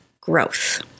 growth